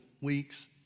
weeks